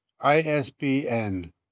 ISBN